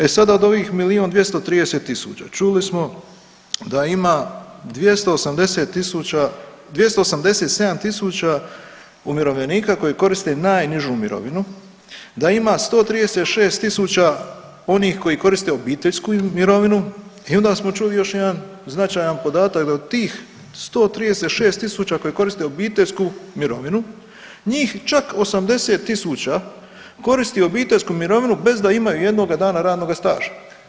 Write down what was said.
E sada, od ovih milijun 230 tisuća čuli smo da ima 287 tisuća umirovljenika koji koriste najnižu mirovinu, da ima 136 tisuća onih koji koriste obiteljsku mirovinu i onda smo čuli još jedan značajan podatak, da od tih 126 tisuća koji koriste obiteljsku mirovinu, njih čak 80 tisuća koristi obiteljsku mirovinu bez da imaju jednoga dana radnoga staža.